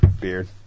beard